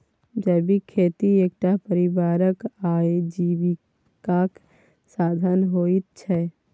जीविका खेती एकटा परिवारक आजीविकाक साधन होइत छै